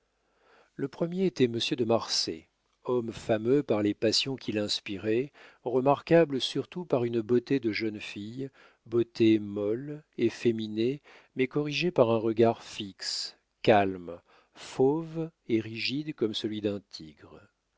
le premier était monsieur de marsay homme fameux par les passions qu'il inspirait remarquable surtout par une beauté de jeune fille beauté molle efféminée mais corrigée par un regard fixe calme fauve et rigide comme celui d'un tigre